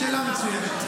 שאלה מצוינת.